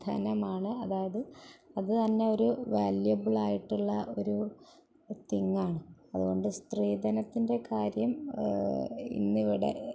ധനമാണ് അതായത് അതുതന്നെ ഒരു വാല്യെബിളായിട്ടുള്ള ഒരു തിങ്ങാണ് അതുകൊണ്ട് സ്ത്രീധനത്തിന്റെ കാര്യം ഇന്നിവിടെ